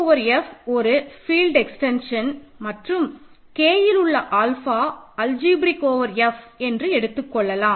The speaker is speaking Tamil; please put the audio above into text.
K ஓவர் F ஒரு ஃபீல்டு எக்ஸ்டென்ஷன் மற்றும் K இல் உள்ள ஆல்ஃபா அல்ஜிப்ரேக் ஓவர் F என்று எடுத்துக்கொள்ளலாம்